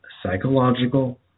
Psychological